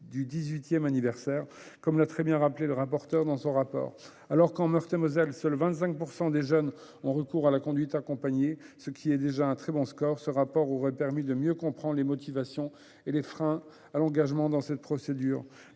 du 18 anniversaire », comme il est très bien rappelé dans le rapport de la commission. Alors qu'en Meurthe-et-Moselle, seuls 25 % des jeunes ont recours à la conduite accompagnée, ce qui est déjà un très bon score, ce rapport aurait permis de mieux comprendre les motivations et les freins à l'engagement dans cette procédure.